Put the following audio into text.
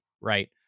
Right